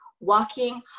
walking